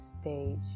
stage